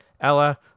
Ella